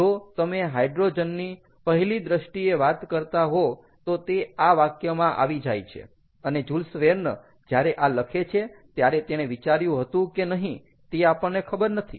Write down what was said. જો તમે હાઇડ્રોજનની પહેલી દ્રષ્ટિએ વાત કરતા હો તો તે આ વાક્યમાં આવી જાય છે અને જૂલ્સ વેર્ન જ્યારે આ લખે છે ત્યારે તેણે વિચાર્યું હતું કે નહીં તે આપણને ખબર નથી